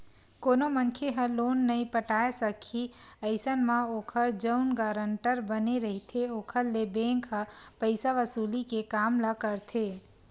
कोनो मनखे ह लोन नइ पटाय सकही अइसन म ओखर जउन गारंटर बने रहिथे ओखर ले बेंक ह पइसा वसूली के काम ल करथे